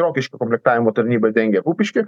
rokiškio komplektavimo tarnyba dengia kupiškį